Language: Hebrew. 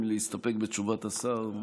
אפשר גם להסתפק בתשובת השר.